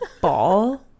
ball